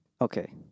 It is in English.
Okay